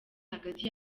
hagati